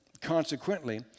Consequently